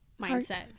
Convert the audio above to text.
mindset